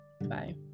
bye